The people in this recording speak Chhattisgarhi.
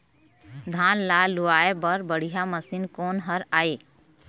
धान ला लुआय बर बढ़िया मशीन कोन हर आइ?